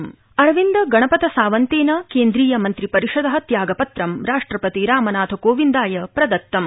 जावड़ेकर अरविन्द गणपत सावन्तेन केंद्रीय मन्त्रि परिषद त्यागपत्रं राष्ट्रपति रामनाथकोविन्दाय प्रदत्तम्